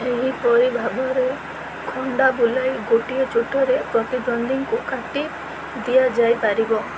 ଏହିପରି ଭାବରେ ଖଣ୍ଡା ବୁଲାଇ ଗୋଟିଏ ଚୋଟରେ ପ୍ରତିଦ୍ୱନ୍ଦ୍ୱୀଙ୍କୁ କାଟି ଦିଆଯାଇପାରିବ